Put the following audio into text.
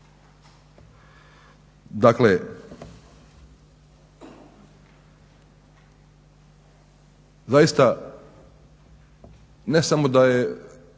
Dakle zaista ne samo da su